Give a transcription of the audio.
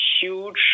huge